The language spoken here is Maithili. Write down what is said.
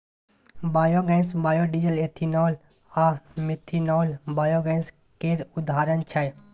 बायोगैस, बायोडीजल, एथेनॉल आ मीथेनॉल बायोगैस केर उदाहरण छै